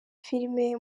filimi